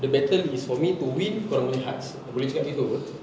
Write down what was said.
the battle is for me to win korangnya hearts boleh cakap gitu [pe]